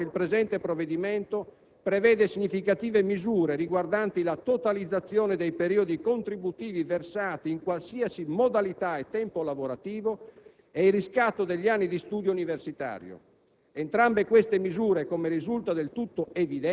Sempre su questo versante, va evidenziato ancora che il presente provvedimento prevede significative misure riguardanti la totalizzazione dei periodi contributivi, versati in qualsiasi modalità e tempo lavorativo, e il riscatto degli anni di studio universitario.